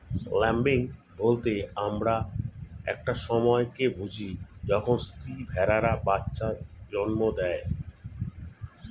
lambing বলতে আমরা একটা সময় কে বুঝি যখন স্ত্রী ভেড়ারা বাচ্চা জন্ম দেয়